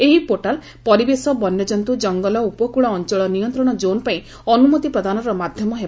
ଏହି ପୋର୍ଟାଲ୍ ପରିବେଶ ବନ୍ୟଜନ୍ତୁ ଜଙ୍ଗଲ ଓ ଉପକୂଳ ଅଞ୍ଚଳ ନିୟନ୍ତ୍ରଣ ଜୋନ୍ ପାଇଁ ଅନୁମତି ପ୍ରଦାନର ମାଧ୍ୟମ ହେବ